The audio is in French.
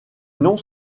noms